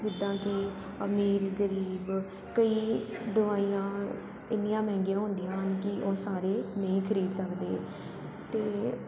ਜਿੱਦਾਂ ਕਿ ਅਮੀਰ ਗਰੀਬ ਕਈ ਦਵਾਈਆਂ ਇੰਨੀਆਂ ਮਹਿੰਗੀਆਂ ਹੁੰਦੀਆਂ ਹਨ ਕਿ ਉਹ ਸਾਰੇ ਨਹੀਂ ਖਰੀਦ ਸਕਦੇ ਅਤੇ